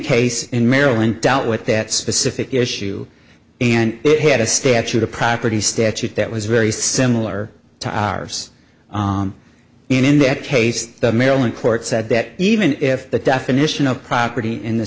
case in maryland dealt with that specific issue and it had a statute a property statute that was very similar to ours in that case the maryland court said that even if the definition of property in the